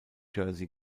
jersey